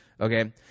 Okay